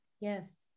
Yes